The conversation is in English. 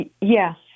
Yes